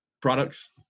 products